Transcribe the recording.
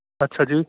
ਅੱਛਾ ਜੀ